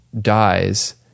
dies